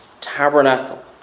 tabernacle